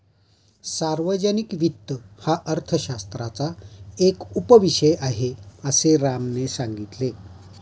सार्वजनिक वित्त हा अर्थशास्त्राचा एक उपविषय आहे, असे रामने सांगितले